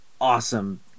awesome